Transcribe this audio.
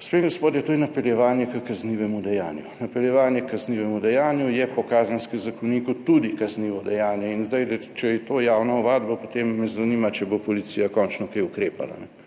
Gospe in gospodje, to je napeljevanje h kaznivemu dejanju. Napeljevanje h kaznivemu dejanju je po Kazenskem zakoniku tudi kaznivo dejanje. In zdaj, če je to javna ovadba, potem me zanima, če bo policija končno kaj ukrepala,